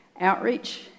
Outreach